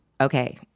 Okay